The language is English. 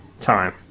time